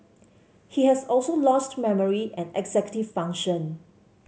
he has also lost memory and executive function